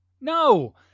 No